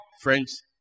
friends